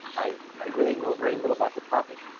i i really know very little about the topic,